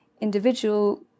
individual